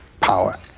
power